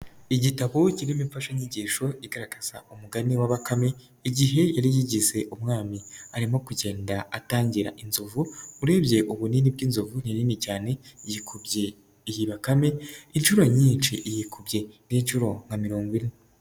Igitabo kiga imfashanyigisho igaragaza umugani wa bakame, igihe yari yigize umwami, arimo kugenda atangira inzovu, urebye ubunini bw'inzovu ni nini cyane, yikubye iyi bakame inshuro nyinshi iyikubye nk'inshuro nka mirongo ine.